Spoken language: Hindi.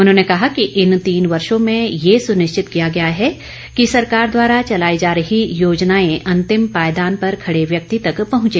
उन्होंने कहा कि इन तीन वर्षों में ये सुनिश्चित किया गया है कि सरकार द्वारा चलाई जा रही योजनाएं अंतिम पायदान पर खड़े व्यक्ति तक पहुंचे